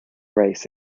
race